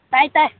ꯇꯥꯏ ꯇꯥꯏ